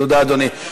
תודה, אדוני.